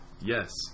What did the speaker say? yes